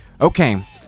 okay